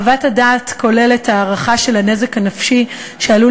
חוות הדעת כוללת הערכה של הנזק הנפשי שעלול